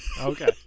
Okay